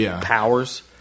powers